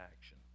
action